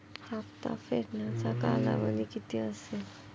हप्ता फेडण्याचा कालावधी किती असेल?